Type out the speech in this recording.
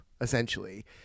essentially